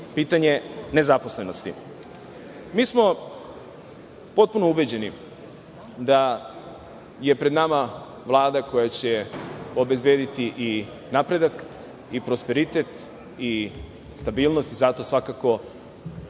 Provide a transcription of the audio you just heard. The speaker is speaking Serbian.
pitanje nezaposlenosti. Mi smo potpuno ubeđeni da je pred nama Vlada koja će obezbediti napredak, prosperitet i stabilnost. Zato svakako